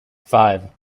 five